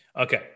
Okay